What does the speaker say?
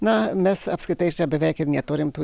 na mes apskritai čia beveik ir neturim tų